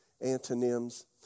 antonyms